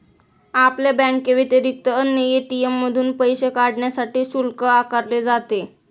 आपल्या बँकेव्यतिरिक्त अन्य ए.टी.एम मधून पैसे काढण्यासाठी शुल्क आकारले जाते